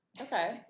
okay